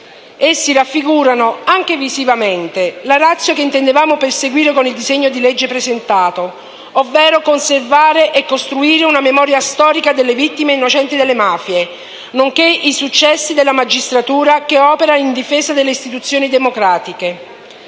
Essi raffigurano - anche visivamente - la *ratio* che intendevamo perseguire con il disegno di legge presentato, ovvero conservare e costruire una memoria storica delle vittime innocenti delle mafie, nonché i successi della magistratura che opera in difesa delle istituzioni democratiche.